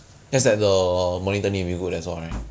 yes damn worth the investment like